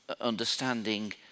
understanding